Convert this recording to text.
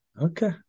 okay